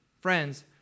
friends